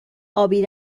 ابی